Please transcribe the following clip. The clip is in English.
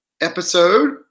episode